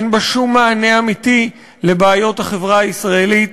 אין בה שום מענה אמיתי לבעיות החברה הישראלית.